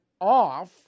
off